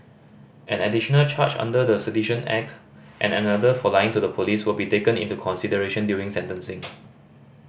an additional charge under the Sedition Act and another for lying to the police will be taken into consideration during sentencing